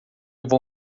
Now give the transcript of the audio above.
vou